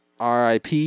RIP